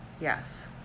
Yes